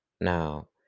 now